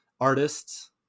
artists